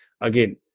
Again